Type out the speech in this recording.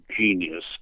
genius